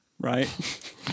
Right